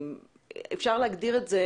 אפשר להגדיר את זה